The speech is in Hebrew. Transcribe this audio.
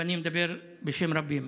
ואני מדבר בשם רבים,